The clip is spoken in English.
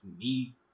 need